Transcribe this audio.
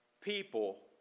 people